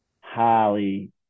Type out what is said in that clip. highly